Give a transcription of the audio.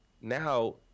Now